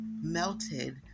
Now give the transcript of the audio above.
melted